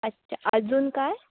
अच्छा अजून काय